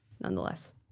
nonetheless